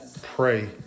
pray